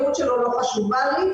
זה יכול להיות עזר מציון,